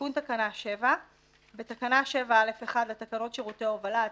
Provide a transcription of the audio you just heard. תיקון תקנה 7 בתקנה 7(א1) לתקנות שירותי ההובלה,